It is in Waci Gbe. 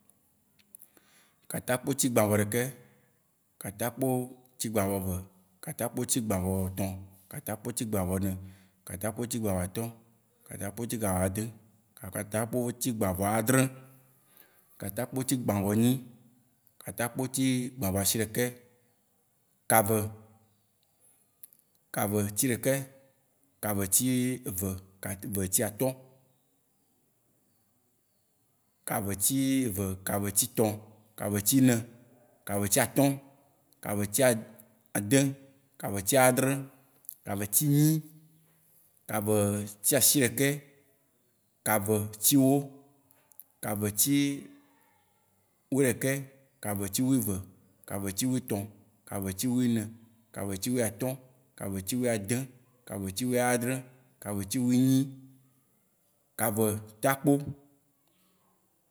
Ka ta kpo ti gbã vɔ ɖekɛ, ka ta kpo ti gbã vɔ ve, ka ta kpo ti gbã vɔ tɔ, ka ta kpo ti gbã vɔ ne, ka ta kpo ti gbã vɔ atɔ, ka ta kpo ti gbã vɔ ade, ka ta kpo ti gbã vɔ adre, ka ta kpo ti gbã vɔ enyi, ka ta kpo ti gbã vɔ ashi ɖekɛ, ka ve. Ka von ti ɖekɛ, ka ve ti eve, ka ve ti atɔ, ka ve ti ve, ka ve ti tɔ, ka ve ti ne, ka ve ti atɔ, ka ve ti a- ade, ka ve ti adre, ka ve ti nyi, ka ve ti ashi ɖekɛ, ka ve ti wó. Ka ve ti wuiɖeke, ka ve ti wuieve, ka ve ti wuietɔ, ka ve ti wuiene, ka ve ti wuiatɔ, ka ve ti wuiade, ka ve ti wuiadre, ka ve ti wuienyi, ka ve ta kpo.